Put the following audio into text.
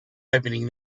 opening